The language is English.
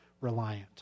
reliant